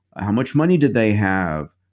how much money did they have?